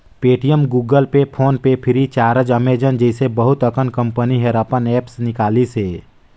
Paytm, Google Pay, Phone Pay Free, Charge, Amazon जइसे बहुत अकन कंपनी हर अपन ऐप्स निकालिसे